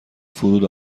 فرود